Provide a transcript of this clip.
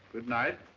good night.